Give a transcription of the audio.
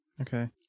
Okay